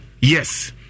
Yes